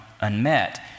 unmet